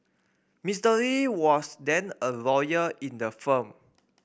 Mister Lee was then a lawyer in the firm